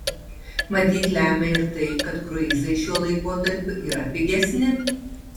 matyt lemia ir tai kad kruizai šiuo laikotarpiu yra pigesni